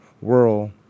world